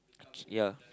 yeah